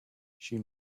she